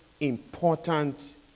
important